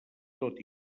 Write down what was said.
tot